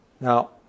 Now